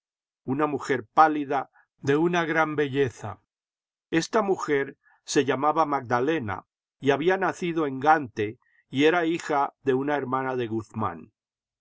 una mujer pálida de una gran belleza esta mujer se llamaba magdalena y había nacido en gante y era hija de una hermana de guzmán